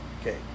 Okay